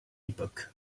époque